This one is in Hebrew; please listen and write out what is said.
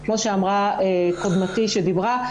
כמו שאמרה קודמתי שדיברה,